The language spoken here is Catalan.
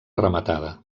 rematada